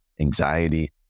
anxiety